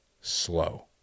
slow